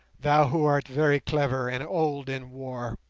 thou who art very clever and old in war.